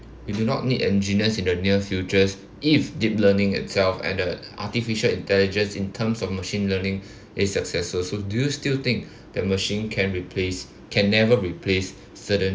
you do not need engineers in the near futures if deep learning itself added artificial intelligence in terms of machine learning its successors would do you still think that machine can replace can never replace certain